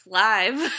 live